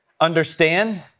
understand